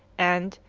and,